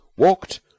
walked